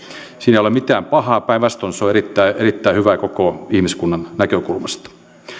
siinä ei ole mitään pahaa päinvastoin se on erittäin erittäin hyvä koko ihmiskunnan näkökulmasta